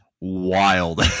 wild